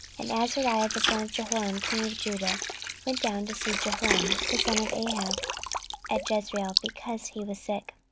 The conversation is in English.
and azariah the son of jehoram king of judah went down to see jehoram the son of ahab at jezreel, because he was sick.